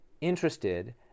interested